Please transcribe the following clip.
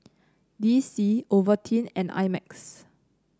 D C Ovaltine and I Max